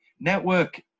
Network